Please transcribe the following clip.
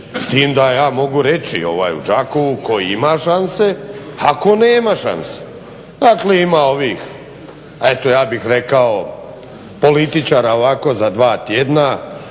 S tim da ja mogu reći, ovaj u Đakovu ko ima šanse, a ko nema šanse. Dakle, ima ovih, eto ja bih rekao, političara ovako za 2 tjedna,